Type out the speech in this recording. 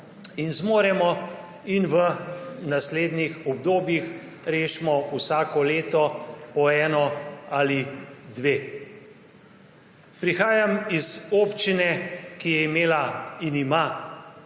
in zmoremo, in v naslednjih obdobjih rešimo vsako leto po eno ali dve. Prihajam iz občine, ki je imela in ima